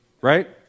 right